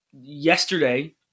yesterday